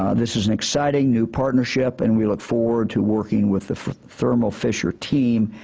ah this is an exciting new partnership and we look forward to working with the thermo fisher team.